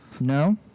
No